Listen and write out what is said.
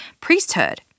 priesthood